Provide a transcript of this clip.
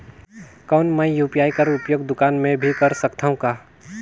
कौन मै यू.पी.आई कर उपयोग दुकान मे भी कर सकथव का?